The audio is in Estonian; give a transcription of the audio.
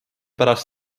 pärast